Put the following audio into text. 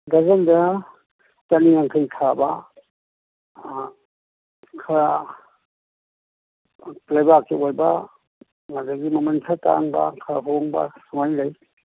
ꯗ꯭ꯔꯖꯟꯗ ꯆꯅꯤ ꯌꯥꯡꯈꯩ ꯁꯥꯕ ꯈꯔ ꯂꯩꯕꯥꯛꯀꯤ ꯑꯣꯏꯕ ꯑꯗꯒꯤ ꯃꯃꯜ ꯈꯔ ꯇꯥꯡꯕ ꯈꯔ ꯍꯣꯡꯕ ꯁꯨꯃꯥꯏꯅ ꯂꯩ